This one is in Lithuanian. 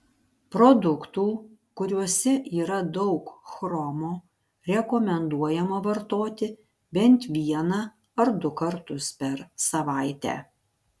produktų kuriuose yra daug chromo rekomenduojama vartoti bent vieną ar du kartus per savaitę